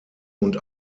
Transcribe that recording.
und